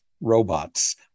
robots